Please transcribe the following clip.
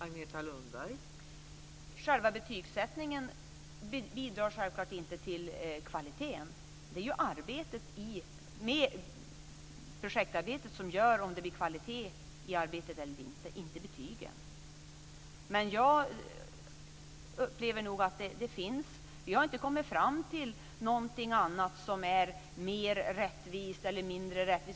Fru talman! Själva betygssättningen bidrar självfallet inte till kvaliteten. Det är ju arbetet som avgör kvaliteten på projektarbetet, inte betygen. Vi har inte kommit fram till någonting annat som skulle vara mer rättvist.